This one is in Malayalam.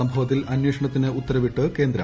സംഭവത്തിൽ അന്ന്യേഷ്ണത്തിന് ഉത്തരവിട്ട് കേന്ദ്രം